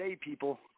people